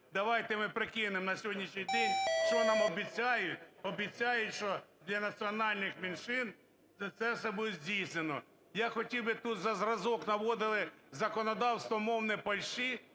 Давайте ми прикинемо на сьогоднішній день, що нам обіцяють: обіцяють, що для національних меншин це все буде здійснено. Я хотів би тут, за зразок наводили законодавство мовне Польщі.